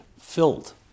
filled